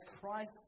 Christ